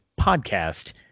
podcast